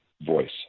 voice